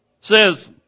says